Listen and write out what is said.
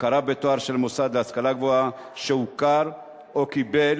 הכרה בתואר של מוסד להשכלה גבוהה שהוכר או קיבל